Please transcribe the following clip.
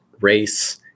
race